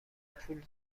پول